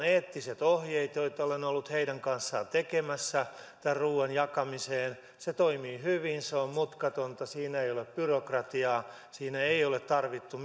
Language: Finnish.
eettiset ohjeet joita olen ollut heidän kanssaan tekemässä tämän ruuan jakamiseen se toimii hyvin se on mutkatonta siinä ei ole byrokratiaa siinä ei ole tarvittu